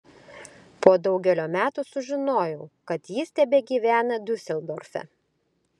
po daugelio metų sužinojau kad jis tebegyvena diuseldorfe